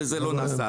וזה לא נעשה.